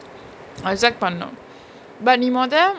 aisak பன்னு:pannu but நீ மொத:nee motha